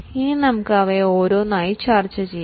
ഇപ്പോൾ നമുക്ക് ഇവ ഓരോന്നായി ചർച്ച ചെയ്യാം